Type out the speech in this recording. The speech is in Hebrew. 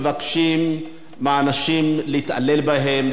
מבקשים מאנשים להתעלל בהם,